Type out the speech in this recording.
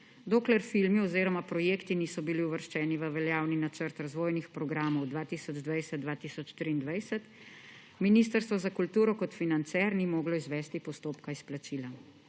Dokler filmi oziroma projekti niso bili uvrščeni v veljavni Načrt razvojnih programov 2020–2023, Ministrstvo za kulturo kot financer ni moglo izvesti postopka izplačila.